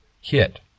hit